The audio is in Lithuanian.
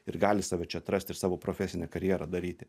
ir gali save čia atrasti ir savo profesinę karjerą daryti